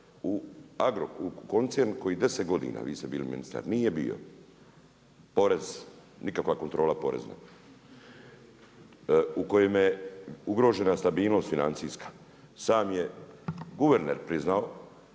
U koncern koji je 10 godina, vi ste bili ministar nije bio porez nikakva kontrola porezna, u kojem je ugrožena stabilnost financija. Sam je guverner priznao